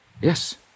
Yes